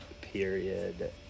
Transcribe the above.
period